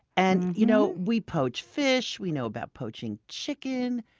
and you know we poach fish, we know about poaching chicken,